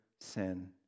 sin